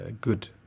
good